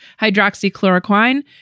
hydroxychloroquine